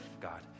God